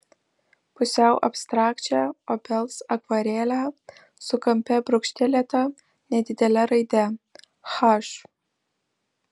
pusiau abstrakčią obels akvarelę su kampe brūkštelėta nedidele raide h